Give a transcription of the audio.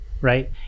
right